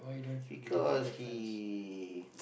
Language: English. because he